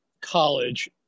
college